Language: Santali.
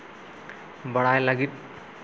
ᱵᱟᱲᱟᱭ ᱞᱟᱹᱜᱤᱫ